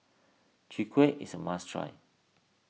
Chwee Kueh is a must try